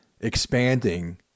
expanding